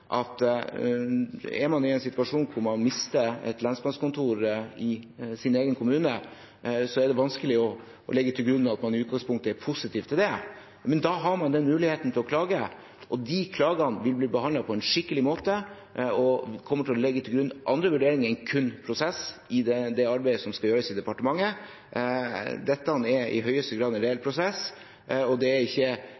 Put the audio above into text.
at er man i en situasjon hvor man mister et lensmannskontor i sin egen kommune, er det vanskelig å legge til grunn at man i utgangspunktet er positiv til det. Men da har man muligheten til klage, og de klagene vil bli behandlet på en skikkelig måte, og man kommer til å legge til grunn andre vurderinger enn kun prosess i det arbeidet som skal gjøres i departementet. Dette er i høyeste grad en reell